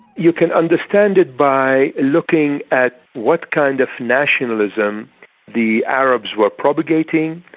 you can understand it by looking at what kind of nationalism the arabs were propagating,